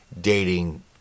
dating